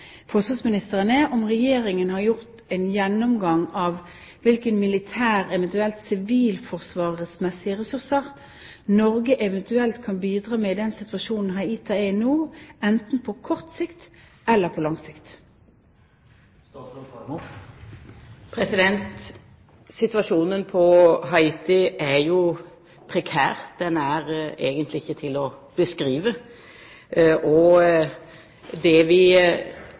forsvarsministeren er om Regjeringen har foretatt en gjennomgang av hvilke militære, eventuelt sivilforsvarsmessige, ressurser Norge eventuelt kan bidra med i den situasjonen Haiti er i nå, enten på kort sikt eller på lang sikt. Situasjonen på Haiti er jo prekær, den er egentlig ikke til å beskrive. Det vi